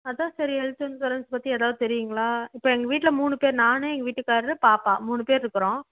அதுதான் சரி health insurance பற்றி எதாவது தெரியுங்களா இப்போ எங்கள் வீட்டில மூணு பேர் நான் எங்கள் வீட்டுக்காரரு பாப்பா மூணு பேர் இருக்கிறோம்